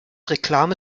reklame